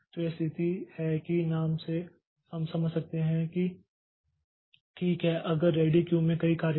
तो यह स्थिति है कि नाम से हम समझ सकते हैं कि ठीक है अगर रेडी क्यू में कई कार्य हैं